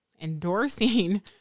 endorsing